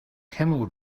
camel